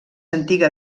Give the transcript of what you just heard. antiga